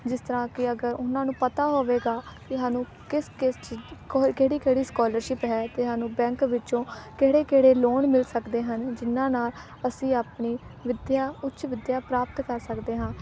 ਜਿਸ ਤਰ੍ਹਾਂ ਕਿ ਅਗਰ ਉਹਨਾਂ ਨੂੰ ਪਤਾ ਹੋਵੇਗਾ ਕਿ ਸਾਨੂੰ ਕਿਸ ਕਿਸ ਚ ਕਿਹੜੀ ਕਿਹੜੀ ਸਕਾਲਰਸ਼ਿਪ ਹੈ ਅਤੇ ਸਾਨੂੰ ਬੈਂਕ ਵਿੱਚੋਂ ਕਿਹੜੇ ਕਿਹੜੇ ਲੋਨ ਮਿਲ ਸਕਦੇ ਹਨ ਜਿਨ੍ਹਾਂ ਨਾਲ ਅਸੀਂ ਆਪਣੀ ਵਿੱਦਿਆ ਉੱਚ ਵਿੱਦਿਆ ਪ੍ਰਾਪਤ ਕਰ ਸਕਦੇ ਹਾਂ